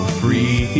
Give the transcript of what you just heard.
free